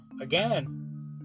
again